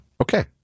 Okay